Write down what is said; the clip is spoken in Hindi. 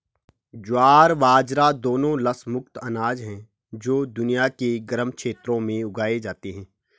ज्वार बाजरा दोनों लस मुक्त अनाज हैं जो दुनिया के गर्म क्षेत्रों में उगाए जाते हैं